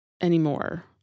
anymore